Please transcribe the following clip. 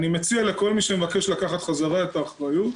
אני מציע לכל מי שמבקש לקחת חזרה את האחריות,